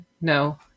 no